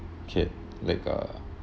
care like a